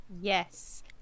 Yes